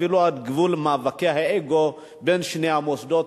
אפילו על גבול מאבקי אגו בין שני המוסדות,